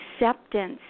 acceptance